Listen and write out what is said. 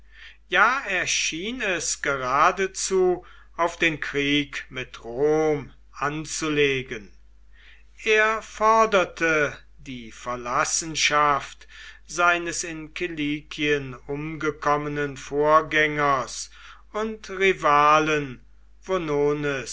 ja er schien es geradezu auf den krieg mit rom anzulegen er forderte die verlassenschaft seines in kilikien umgekommenen vorgängers und rivalen